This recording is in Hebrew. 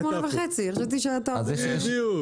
אדוני,